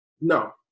No